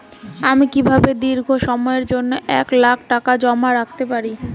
আমি কিভাবে দীর্ঘ সময়ের জন্য এক লাখ টাকা জমা করতে পারি?